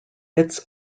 its